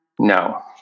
no